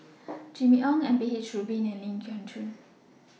Jimmy Ong M P H Rubin and Ling Geok Choon